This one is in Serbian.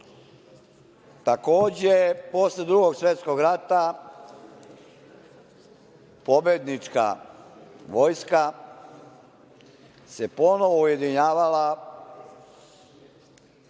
Takođe, posle Drugog svetskog rata pobednička vojska se ponovo ujedinjavala